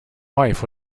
wife